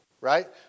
right